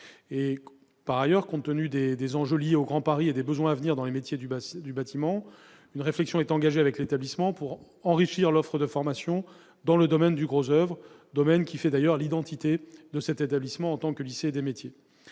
Par ailleurs, compte tenu des enjeux liés au Grand Paris et des besoins à venir dans les métiers du bâtiment, une réflexion est engagée avec l'établissement pour enrichir l'offre de formations dans le domaine du gros oeuvre, qui fait l'identité de cet établissement en tant que lycée des métiers.